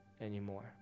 anymore